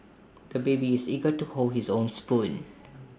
the baby is eager to hold his own spoon